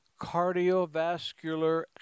cardiovascular